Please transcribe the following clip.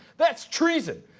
that's treason.